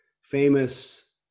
famous